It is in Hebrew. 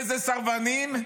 איזה סרבנים?